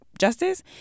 justice